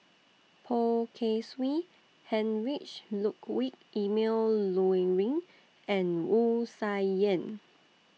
Poh Kay Swee Heinrich Ludwig Emil Luering and Wu Tsai Yen